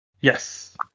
Yes